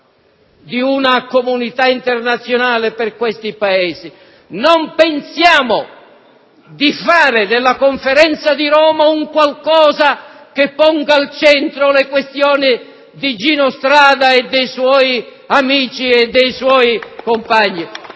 di una Comunità internazionale per questi Paesi. Non pensiate di fare della Conferenza di Roma un qualcosa che ponga al centro le questioni di Gino Strada, dei suoi amici e dei suoi compagni,